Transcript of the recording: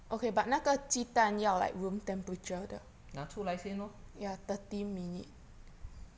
拿出来先 lor